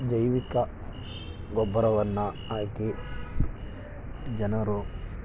ಜೈವಿಕ ಗೊಬ್ಬರವನ್ನು ಹಾಕಿ ಜನರು